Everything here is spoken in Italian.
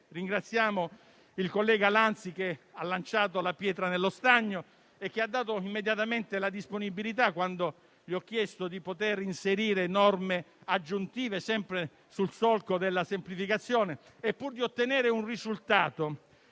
ringraziando il collega Lanzi che ha lanciato la pietra nello stagno e ha dato immediatamente disponibilità, quando gli ho chiesto di inserire norme aggiuntive, sempre nel solco della semplificazione. Pur di ottenere un risultato,